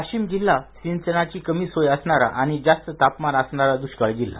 वाशिम जिल्हा सिंचनाची कमी सोय असणारा आणि जास्त तापमान असणारा दृष्काळी जिल्हा